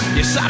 Yes